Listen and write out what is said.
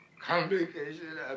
complication